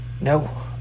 No